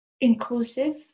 inclusive